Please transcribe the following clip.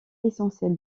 essentiel